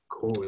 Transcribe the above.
Cool